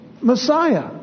Messiah